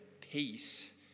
peace